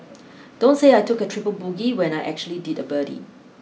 don't say I took a triple bogey when I actually did a birdie